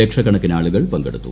ലക്ഷക്കണക്കിനാളുകൾ പങ്കെടുത്തു